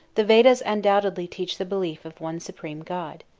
the vedas undoubtedly teach the belief of one supreme god.